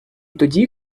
тоді